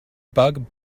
bug